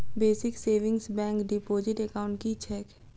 Basic savings bank deposit account की छैक?